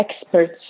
experts